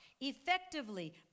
effectively